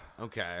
Okay